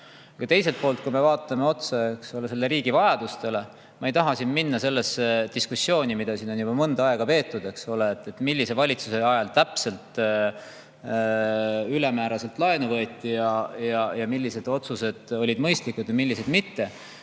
Aga teiselt poolt [peame] vaatama otsa riigi vajadustele. Ma ei taha minna sellesse diskussiooni, mida siin on juba mõnda aega peetud, eks ole, millise valitsuse ajal täpselt ülemääraselt laenu võeti ning millised otsused olid mõistlikud ja millised mitte.